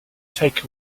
take